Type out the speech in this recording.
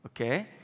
okay